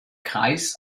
kreis